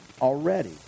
already